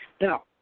Now